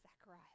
Zachariah